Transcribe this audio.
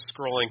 scrolling